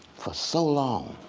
for so long,